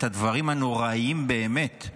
את הדברים הנוראים באמת,